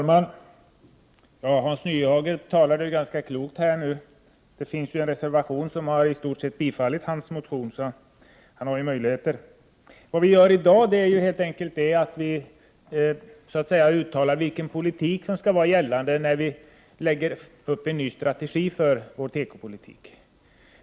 Herr talman! Hans Nyhage talade ganska klokt. Det finns ju en reservation, som i stort sett innebär ett bifall till hans motion. Så han har ju möjligheter. I dag uttalar vi oss helt enkelt om vilken politik som skall gälla när vi lägger upp en ny strategi för vår tekopolitik.